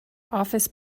office